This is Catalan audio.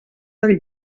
del